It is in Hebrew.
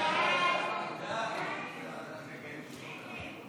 סעיף 4, כהצעת הוועדה, נתקבל.